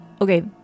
Okay